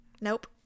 Nope